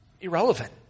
irrelevant